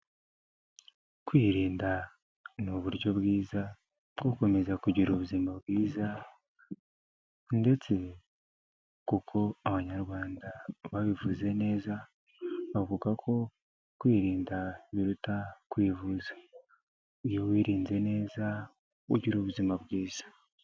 Kwirinda ni uburyo bwiza bwo gukomeza kugira ubuzima bwiza ndetse kuko abanyarwanda babivuze neza bavuga ko kwirinda biruta kwivuza iyo wirinze neza ugira ubuzima bwiza.